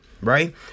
right